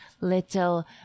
little